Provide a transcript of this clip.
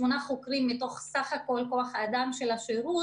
שמונה חוקרים מתוך סך הכול כוח האדם של השירות,